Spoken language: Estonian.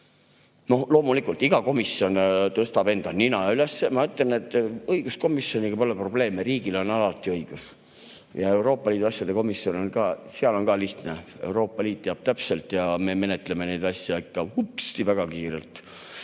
No loomulikult iga komisjon ajab endal nina püsti. Ma ütlen, et õiguskomisjoniga pole probleeme, riigil on alati õigus. Ja Euroopa Liidu asjade komisjonis on lihtne. Euroopa Liit teab [kõike] täpselt ja me menetleme neid asju ikka vupsti väga kiirelt.